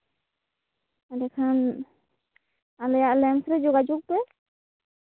ᱮᱱᱰᱮ ᱠᱷᱟᱱ ᱟᱞᱮᱭᱟᱜ ᱞᱮᱢᱯᱷ ᱨᱮ ᱡᱳᱜᱟᱡᱳᱜᱼᱯᱮ